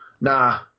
nah